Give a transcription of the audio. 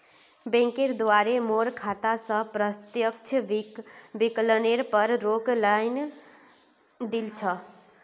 बैंकेर द्वारे मोर खाता स प्रत्यक्ष विकलनेर पर रोक लगइ दिल छ